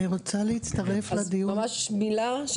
אני רוצה לומר ממש מילה.